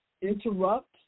interrupt